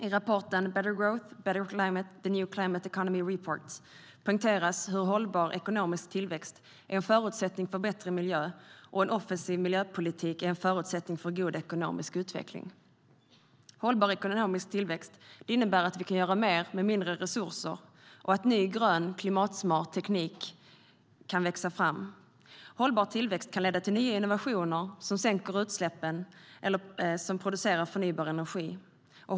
I rapporten Better Growth , Better Climate : The New Climate Economy Report poängteras hur hållbar ekonomisk tillväxt är en förutsättning för en bättre miljö och att en offensiv miljöpolitik är en förutsättning för god ekonomisk utveckling. Hållbar ekonomisk tillväxt innebär att vi kan göra mer med mindre resurser och att ny grön klimatsmart teknik kan växa fram. Hållbar tillväxt kan leda till nya innovationer som sänker utsläppen eller producerar förnybar energi.